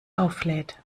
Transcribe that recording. auflädt